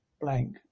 blank